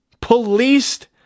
policed